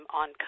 on